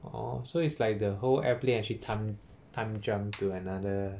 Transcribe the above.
orh so it's like the whole airplane actually time time jumped to another